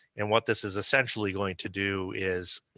and what this is essentially going to do is